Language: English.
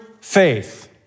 faith